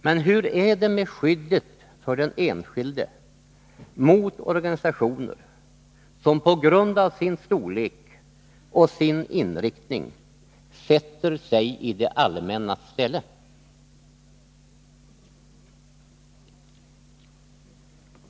Men hur är det med skyddet för den enskilde mot organisationer som på grund av sin storlek och sin inriktning sätter sig i det allmännas ställe?